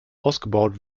ausgebaut